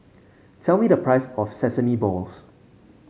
tell me the price of Sesame Balls